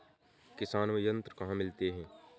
किसान यंत्र कहाँ मिलते हैं?